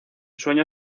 sueño